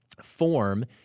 form